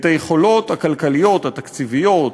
את היכולות הכלכליות, התקציביות,